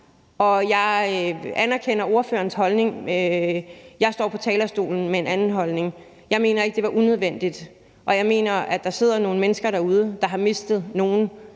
Jeg anerkender ordførerens holdning, men jeg står på talerstolen med en anden holdning. Jeg mener ikke, det var unødvendigt. Jeg mener, at der sidder nogle mennesker derude, der under den